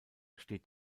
steht